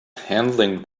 handling